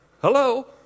hello